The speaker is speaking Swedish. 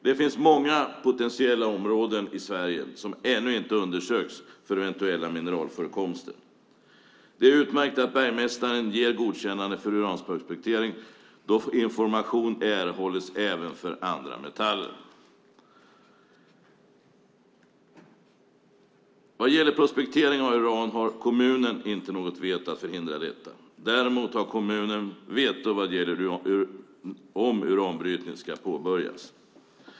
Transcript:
Det finns många potentiella områden i Sverige som ännu inte undersökts för eventuella mineralförekomster. Det är utmärkt att bergmästaren ger godkännande för uranprospektering då information erhålles även för andra metaller. Vad gäller prospektering av uran har kommunen inte något veto för att förhindra detta. Däremot har kommunen veto vad gäller om uranbrytning ska påbörjas.